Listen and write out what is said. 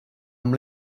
amb